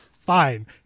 Fine